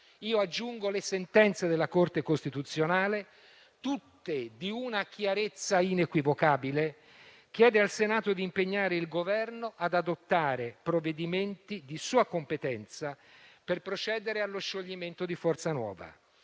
rispetto delle sentenze della Corte costituzionale, tutte di una chiarezza inequivocabile, chiede al Senato di impegnare il Governo ad adottare provvedimenti di sua competenza per procedere allo scioglimento di Forza Nuova.